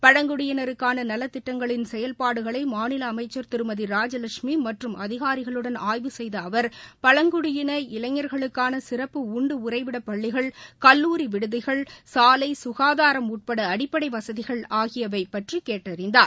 பழங்குடியினருக்கான நலத்திட்டங்களின் செயல்பாடுகளை மாநில அமைச்சர் திருமதி ராஜவெட்சுமி மற்றும் அதிகாரிகளுடன் ஆய்வு செய்த அவர் பழங்குடி இளைஞர்களுக்கான சிறப்பு உண்டு உறைவிடப் பள்ளிகள் கல்லூரி விடுதிகள் சாலை ககாதாரம் உட்பட அடிப்படை வகதிகள் ஆகியவை பற்றி கேட்டறிந்தார்